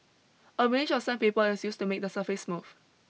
a range of sandpaper is used to make the surface smooth